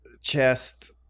Chest